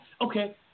Okay